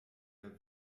der